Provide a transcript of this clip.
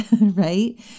right